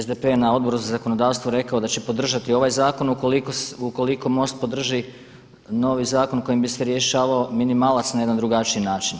SDP je na Odbor za zakonodavstvu rekao da će podržati ovaj zakon ukoliko MOST podrži novi zakon kojim bi se rješavao minimalac na jedan drugačiji način.